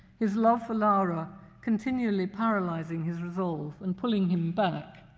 his love for laura continually paralyzing his resolve and pulling him back.